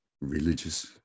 religious